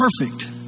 perfect